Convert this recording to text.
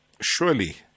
Surely